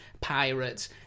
pirates